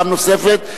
פעם נוספת,